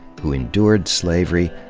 who endured slavery,